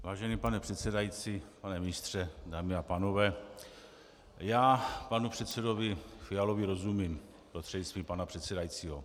Vážený pane předsedající, pane ministře, dámy a pánové, já panu předsedovi Fialovi rozumím, prostřednictvím pana předsedajícího.